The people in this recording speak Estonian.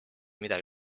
midagi